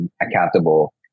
accountable